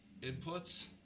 inputs